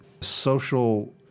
social